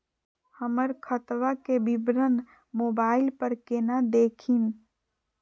हमर खतवा के विवरण मोबाईल पर केना देखिन?